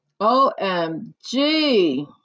OMG